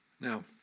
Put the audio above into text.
Now